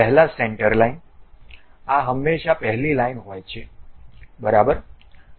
પહેલા centre line આ હંમેશાં પહેલી લાઇન હોય છે બરાબર